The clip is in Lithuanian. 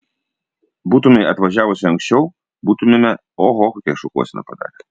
būtumei atvažiavusi anksčiau būtumėme oho kokią šukuoseną padarę